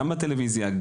גם בטלוויזיה,